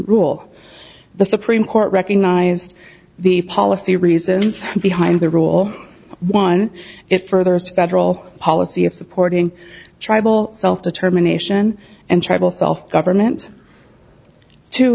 rule the supreme court recognized the policy reasons behind the rule one it furthers federal policy of supporting tribal self determination and tribal self government to